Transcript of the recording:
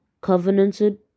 covenanted